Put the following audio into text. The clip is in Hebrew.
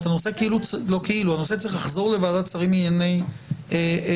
הנושא צריך לחזור לוועדת השרים לענייני חקיקה,